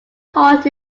hole